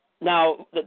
now